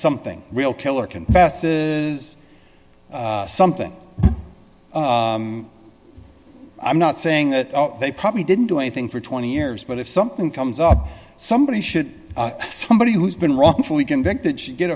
something real killer confesses something i'm not saying that they probably didn't do anything for twenty years but if something comes up somebody should somebody who's been wrongfully convicted should get